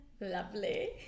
lovely